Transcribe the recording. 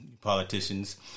politicians